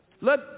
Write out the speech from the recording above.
Let